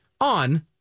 on